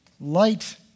light